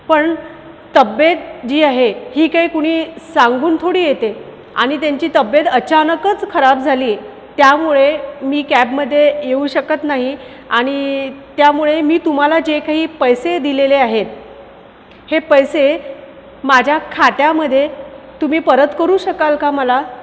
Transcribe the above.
पण तब्बेत जी आहे ही काही कुणी सांगून थोडी येते आणि त्यांची तब्बेत अचानकच खराब झाली त्यामुळे मी कॅबमध्ये येऊ शकत नाही आणि त्यामुळे मी तुम्हाला जे काही पैसे दिलेले आहेत हे पैसे माझ्या खात्यामध्ये तुम्ही परत करू शकाल का मला